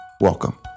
Welcome